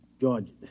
George